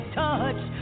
touch